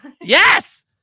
Yes